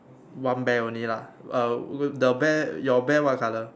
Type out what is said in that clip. one bear only lah uh the bear your bear what colour